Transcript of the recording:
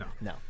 No